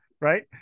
right